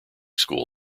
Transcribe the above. school